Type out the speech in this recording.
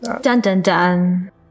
Dun-dun-dun